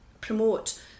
promote